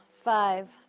five